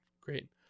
great